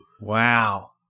Wow